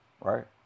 right